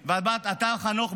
חנוך,